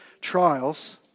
trials